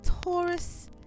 Taurus